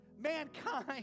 Mankind